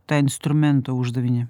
tą instrumento uždavinį